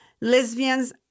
lesbians